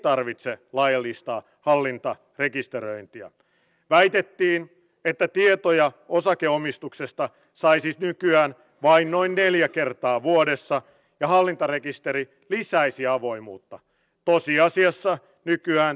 hän otti sen vastaan avoimin mielin ei puhunut siinä mitään punavihreästä hölmöläisyydestä vaan otti sen vastaan ja sanoi että hän perehtyy asiaan